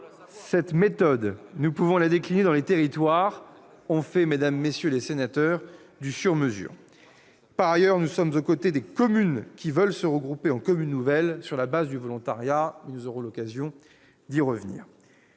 Cette méthode, nous pouvons la décliner dans les territoires. Nous faisons, mesdames, messieurs les sénateurs, du sur-mesure. Par ailleurs, nous sommes aux côtés des communes qui veulent se regrouper en commune nouvelle sur la base du volontariat, nous aurons l'occasion d'y revenir.